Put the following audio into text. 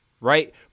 right